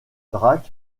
drac